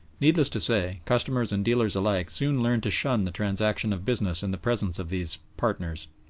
needless to say, customers and dealers alike soon learned to shun the transaction of business in the presence of these partners.